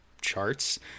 charts